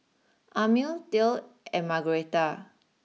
Amil Dale and Margueritta